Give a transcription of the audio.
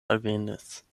alvenis